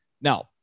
Now